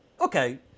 okay